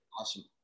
Awesome